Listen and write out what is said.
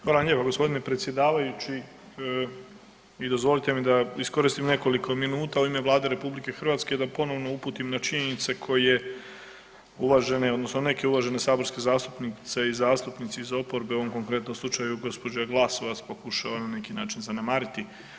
Hvala vam lijepo g. predsjedavajući i dozvolite mi da iskoristim nekoliko minuta u ime Vlade RH da ponovno uputim na činjenice koje uvažene odnosno neke uvažene saborske zastupnice i zastupnici iz oporbe, u ovom konkretnom slučaju gđa. Glasovac pokušava na neki način zanemariti.